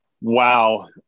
Wow